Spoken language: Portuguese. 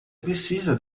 precisa